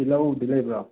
ꯇꯤꯜꯍꯧꯗꯤ ꯂꯩꯕ꯭ꯔꯣ